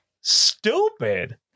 Stupid